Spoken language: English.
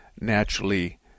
Naturally